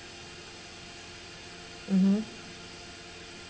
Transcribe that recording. mmhmm